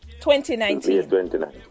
2019